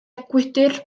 gwydr